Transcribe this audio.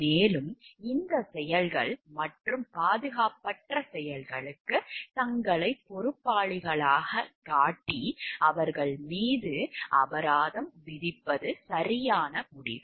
மேலும் இந்தச் செயல்கள் மற்றும் பாதுகாப்பற்ற செயல்களுக்கு தங்களைப் பொறுப்பாளிகளாகக் காட்டி அவர்கள் மீது அபராதம் விதிப்பது சரியான முடிவு